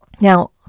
Now